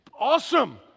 awesome